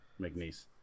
McNeese